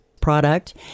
product